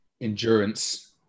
endurance